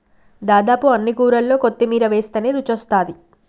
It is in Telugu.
దాదాపు అన్ని కూరల్లో కొత్తిమీర వేస్టనే రుచొస్తాది